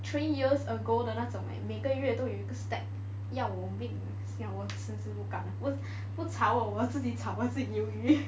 three years ago 的那种 leh 每个月都有一个 stack 要我命要我辞职不炒我我自己炒鱿鱼